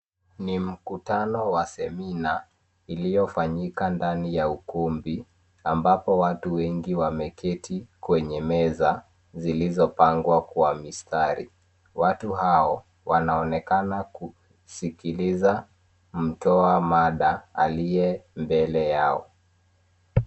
Ni mkutano wa semina iliyofanyika ndani ya ukumbi ambapo watu wengi wameketi kwenye meza zilizopangwa kwa mistari. Watu hao wanaonekana kusikiliza mtoa mada aliye mbele yao.